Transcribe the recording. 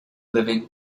living